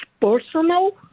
personal